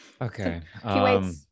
Okay